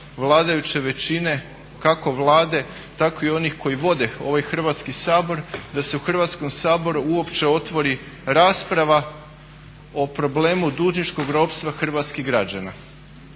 vladajuće većine kako Vlade tako i onih koji vode ovaj Hrvatski sabor da se u Hrvatskom saboru uopće otvori rasprava o problemu dužničkog ropstva hrvatskih građana.